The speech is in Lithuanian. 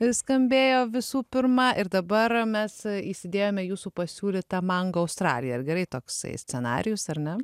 ir skambėjo visų pirmą ir dabar mes įsidėjome jūsų pasiūlytą mango australiją ir gerai toksai scenarijus ar ne